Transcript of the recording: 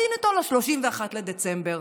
תמתין איתו ל-31 בדצמבר.